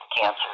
cancer